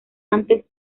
antes